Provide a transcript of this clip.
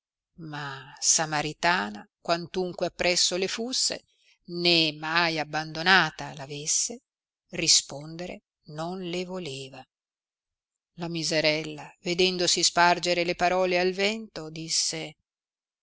ma samaritana quantunque appresso le fusse né mai abbandonata avesse rispondere non le voleva la miserella vedendosi spargere le parole al vento disse